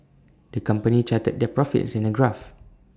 the company charted their profits in A graph